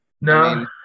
No